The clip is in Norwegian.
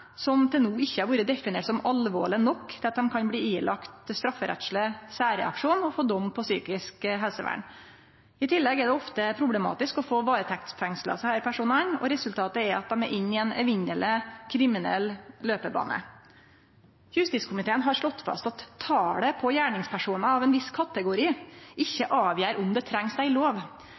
som til no ikkje har vore definerte som alvorlege nok til at ein kan bli dømd til strafferettsleg særreaksjon og få dom på psykisk helsevern. I tillegg er det ofte problematisk å få varetektsfengsla desse personane, og resultatet er at dei er inne i ein evinneleg kriminell løpebane. Justiskomiteen har slått fast at talet på gjerningspersonar av ein viss kategori ikkje avgjer om det trengst ei lov.